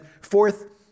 fourth